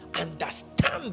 understand